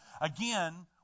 Again